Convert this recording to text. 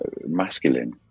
masculine